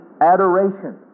adoration